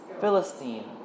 Philistine